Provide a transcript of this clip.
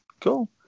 Cool